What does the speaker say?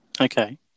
Okay